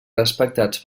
respectats